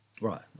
Right